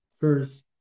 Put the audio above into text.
first